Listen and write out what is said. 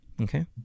okay